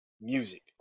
music